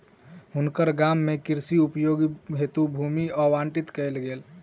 हुनकर गाम में कृषि उपयोग हेतु भूमि आवंटित कयल गेल